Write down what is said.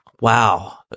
Wow